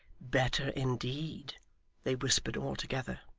better indeed they whispered all together.